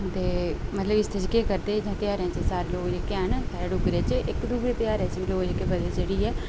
ते मतलब इस च केह् करदे इ'नें ध्यारें च सारे लोक जेह्के हैन साढ़े डुग्गरै च इक दूए ध्यारें च लोक जेह्के बधी चढ़ियै